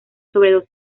sobredosis